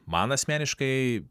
man asmeniškai